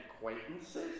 acquaintances